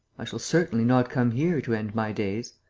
i shall certainly not come here to end my days!